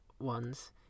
ones